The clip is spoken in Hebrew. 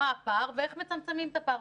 מה הפער ואיך מצמצמים את הפער.